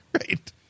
Right